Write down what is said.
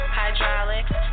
hydraulics